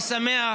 אני שמח